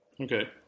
Okay